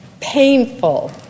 painful